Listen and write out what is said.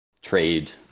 trade